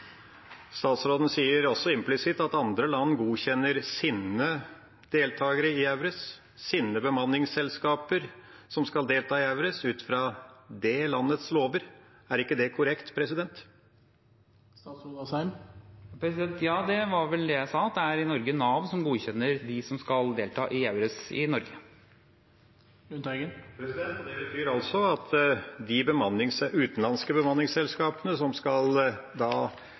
Statsråden sier også implisitt at andre land godkjenner sine deltakere i EURES, sine bemanningsselskaper som skal delta i EURES, ut fra sine lover. Er ikke det korrekt? Ja, det var vel det jeg sa, at det er i Norge Nav som godkjenner dem som skal delta i EURES i Norge. Og det betyr altså at de utenlandske bemanningsselskapene som skal